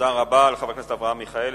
תודה רבה לחבר הכנסת אברהם מיכאלי,